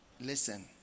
listen